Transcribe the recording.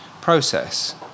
process